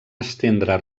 estendre